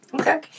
Okay